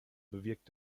bewirkt